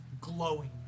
Glowing